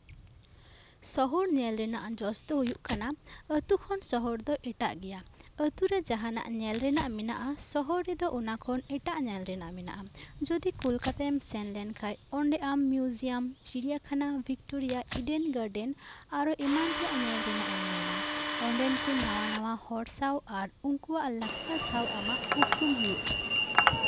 ᱥᱚᱦᱚᱨ ᱧᱮᱞ ᱨᱮᱱᱟᱜ ᱡᱚᱥ ᱫᱚ ᱦᱩᱭᱩᱜ ᱠᱟᱱᱟ ᱟᱹᱛᱩ ᱠᱷᱚᱱ ᱥᱚᱦᱚᱨ ᱫᱚ ᱮᱴᱟᱜ ᱜᱮᱭᱟ ᱟᱹᱛᱩ ᱨᱮ ᱡᱟᱦᱟᱸᱱᱟᱜ ᱧᱮᱞ ᱨᱮᱱᱟᱜ ᱢᱮᱱᱟᱜᱼᱟ ᱥᱚᱦᱚᱨ ᱨᱮᱫᱚ ᱚᱱᱟᱠᱷᱚᱱ ᱮᱴᱟᱜ ᱧᱮᱞ ᱨᱮᱱᱟᱜ ᱢᱮᱱᱟᱜᱼᱟ ᱡᱩᱫᱤ ᱠᱳᱞᱠᱟᱛᱟᱭᱮᱢ ᱥᱮᱱᱞᱮᱱ ᱠᱷᱟᱱ ᱚᱸᱰᱮ ᱟᱢ ᱢᱤᱭᱩᱡᱤᱭᱟᱢ ᱪᱤᱲᱤᱭᱟᱠᱷᱟᱱᱟ ᱵᱷᱤᱠᱴᱳᱨᱤᱭᱟ ᱤᱰᱮᱱ ᱜᱟᱨᱰᱮᱱ ᱟᱨᱦᱚᱸ ᱮᱢᱟᱱ ᱛᱮᱭᱟᱜ ᱧᱮᱞ ᱨᱮᱭᱟᱜ ᱮᱢ ᱧᱟᱢᱟ ᱚᱸᱰᱮᱱ ᱠᱚ ᱱᱟᱣᱟᱼᱱᱟᱣᱟ ᱦᱚᱲ ᱥᱟᱶ ᱟᱨ ᱩᱱᱠᱩᱣᱟᱜ ᱞᱟᱠᱪᱟᱨ ᱥᱟᱶ ᱟᱢᱟᱜ ᱩᱯᱨᱩᱢ ᱦᱩᱭᱩᱜᱼᱟ